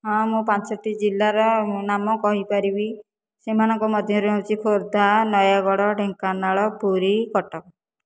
ହଁ ମୁଁ ପାଞ୍ଚୋଟି ଜିଲ୍ଲା ର ନାମ କହିପାରିବି ସେମାନଙ୍କ ମଧ୍ୟରୁ ହଉଛି ଖୋର୍ଦ୍ଧା ନୟାଗଡ଼ ଢେଙ୍କାନାଳ ପୁରୀ କଟକ